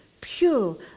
pure